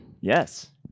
Yes